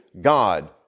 God